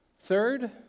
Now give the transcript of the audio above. Third